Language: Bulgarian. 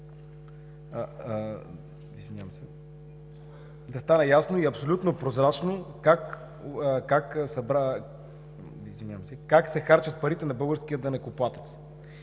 да стане ясно и абсолютно прозрачно как се харчат парите на българския данъкоплатец.